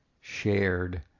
shared